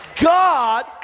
God